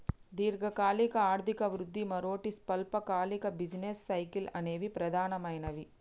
దీర్ఘకాలిక ఆర్థిక వృద్ధి, మరోటి స్వల్పకాలిక బిజినెస్ సైకిల్స్ అనేవి ప్రధానమైనవి